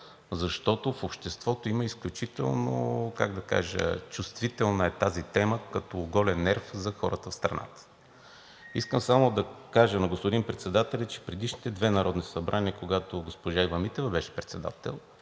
защото в обществото има изключително – как да кажа, чувствителна е тази тема, като оголен нерв е за хората в страната. Искам само да кажа на господин председателя, че в предишните две Народни събрания, когато госпожа Ива Митева беше председател,